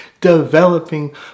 developing